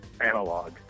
analog